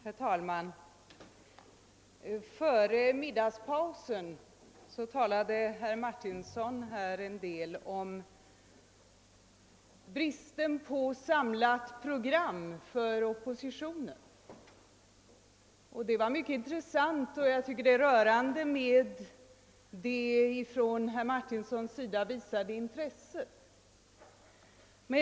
Herr talman! Före middagspausen talade herr Martinsson om bristen på samlat program för oppositionen. Det var mycket intressant. Jag tycker det av herr Martinsson visade intresset är rörande.